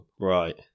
Right